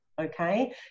Okay